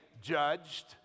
judged